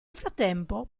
frattempo